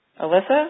Alyssa